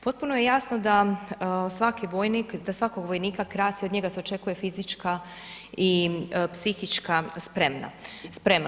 Potpuno je jasno da svaki vojnik, da svakog vojnika krasi i od njega se očekuje fizička i psihička sprema.